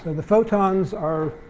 the photons are